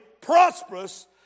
prosperous